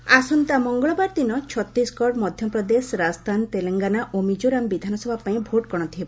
counting ଆସନ୍ତା ମଙ୍ଗଳବାର ଦିନ ଛତିଶଗଡ଼ ମଧ୍ୟପ୍ରଦେଶ ରାଜସ୍ଥାନ ତେଲଙ୍ଗାନା ଓ ମିଜୋରାମ ବିଧାନସଭା ପାଇଁ ଭୋଟ୍ ଗଣତି ହେବ